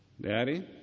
Daddy